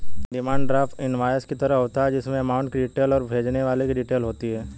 demand draft invoice की तरह होता है जिसमे अमाउंट की डिटेल और भेजने वाले की डिटेल होती है